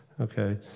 Okay